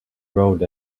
road